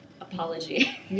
apology